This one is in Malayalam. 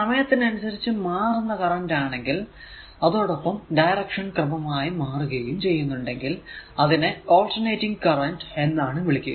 സമയത്തിനനുസരിച്ചു മാറുന്ന കറന്റ് ആണെങ്കിൽ അതോടൊപ്പം ഡയറക്ഷൻ ക്രമമായി മാറുകയും ചെയ്യുന്നുണ്ടെങ്കിൽ അതിനെ ആൾട്ടർനേറ്റിംഗ് കറന്റ് എന്നാണ് വിളിക്കുക